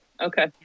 Okay